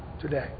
today